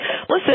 listen